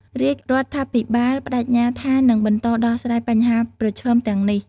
រាជរដ្ឋាភិបាលប្តេជ្ញាថានឹងបន្តដោះស្រាយបញ្ហាប្រឈមទាំងនេះ។